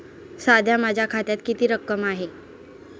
सध्या माझ्या खात्यात किती रक्कम आहे?